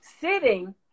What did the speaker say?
sitting